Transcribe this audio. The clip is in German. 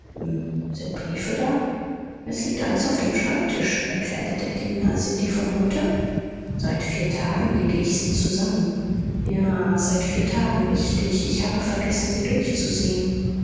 sind briefe da es liegt alles auf dem schreibtisch erklärte der diener sind die von heute seit vier tagen lege ich sie zusammen ja seit vier tagen richtig ich habe vergessen sie durchzusehen